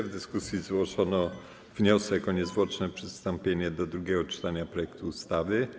W dyskusji zgłoszono wniosek o niezwłoczne przystąpienie do drugiego czytania projektu ustawy.